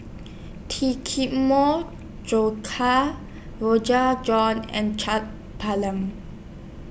John and Chaat